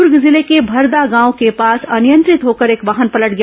दुर्ग जिले के भरदा गांव के पास अनियंत्रित होकर एक वाहन पलट गया